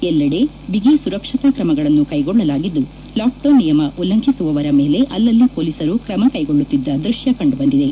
ಎಲ್ಲೆಡೆ ಬಿಗಿ ಸುರಕ್ಷತಾ ಕ್ರಮಗಳನ್ನು ಕೈಗೊಳ್ಳಲಾಗಿದ್ದು ಲಾಕ್ಡೌನ್ ನಿಯಮ ಉಲ್ಲಂಘಿಸುವವರ ಮೇಲೆ ಅಲ್ಲಲ್ಲಿ ಮೋಲಿಸರು ಕ್ರಮ ಕೈಗೊಳ್ಳುತ್ತಿದ್ದ ದೃಶ್ಯ ಕಂಡು ಬಂದಿದೆ